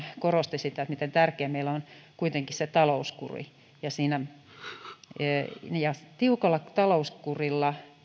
korosti eli miten tärkeää meillä on kuitenkin se talouskuri tiukalla talouskurilla